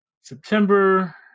September